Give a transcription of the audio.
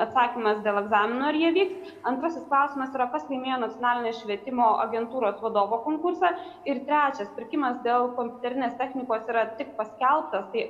atsakymas dėl egzaminų ar jie vyks antrasis klausimas yra kas laimėjo nacionalinio švietimo agentūros vadovo konkursą ir trečias pirkimas dėl kompiuterinės technikos yra tik paskelbtas tai